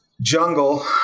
jungle